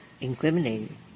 incriminating